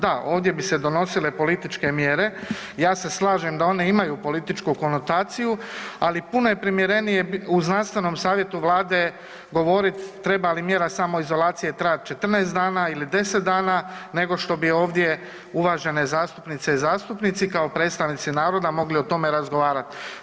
Da ovdje bi se donosile političke mjere, ja se slažem da one imaju političku konotaciju, ali puno je primjerenije u znanstvenom savjetu Vlade govorit treba li mjera samoizolacije trajat 14 dana ili 10 dana, nego što bi ovdje uvažene zastupnice i zastupnici kao predstavnici naroda mogli o tome razgovarati.